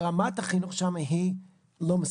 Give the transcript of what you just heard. רמת החינוך שם היא לא מספקת.